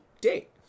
date